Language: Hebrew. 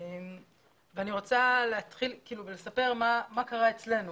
אני רוצה לספר מה קרה אצלנו.